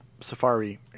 safari